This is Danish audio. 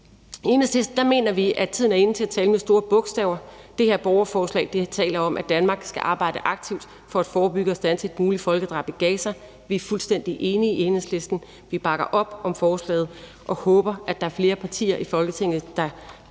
I Enhedslisten mener vi, at tiden er inde til at tale med store bogstaver. Det her borgerforslag taler om, at Danmark skal arbejde aktivt for at forebygge og standse et muligt folkedrab i Gaza. Vi er fuldstændig enige i Enhedslisten. Vi bakker op om forslaget og håber, at der er flere partier i Folketinget, der gør